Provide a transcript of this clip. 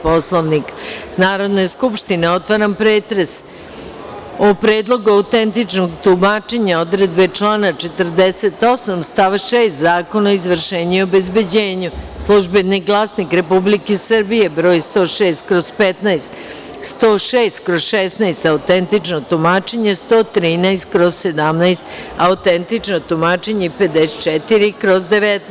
Poslovnika Narodne skupštine, otvaram pretres o Predlogu autentičnog tumačenja odredbe člana 48. stav 6. Zakona o izvršenju i obezbeđenju („Službeni glasnik Republike Srbije“ broj 106/15, 106/16 – autentično tumačenje, 113/17 – autentično tumačenje i 54/19)